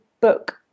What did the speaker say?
book